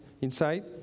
inside